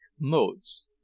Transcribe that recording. Modes